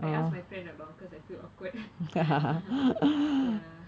I ask my friend along because I feel awkward ya